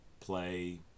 play